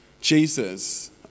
Jesus